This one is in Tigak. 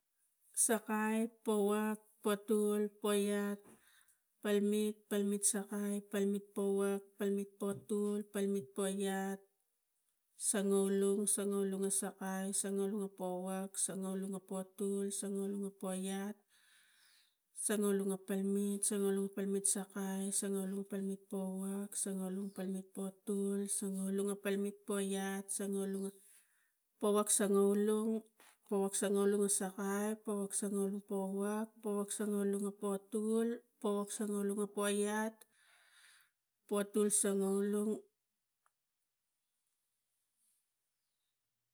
Sakai powak, potul, poiat, palmet, palmet, skai, palmet powak, palmet potul, palmet poiat sangaulong. Sangaulong na sakai, sangaulong a powak sangaulong a potul, sangaulong a poiat sangaulong a palmet, sangaulong a palmet sakai sangaulong a palmet powak sangaulong a palmet potul, sangaulong a palmet poiat, sangaulong a powak, sangaulong powak sangaulong a sakai pawak sangaulong a powat pawak sangaulong a potul powak sangaulong a poiat, potul sangaulong.